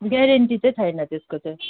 guarantee चाहिँ त्यसको चाहिँ